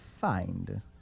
find